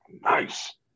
nice